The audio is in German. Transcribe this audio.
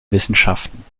wissenschaften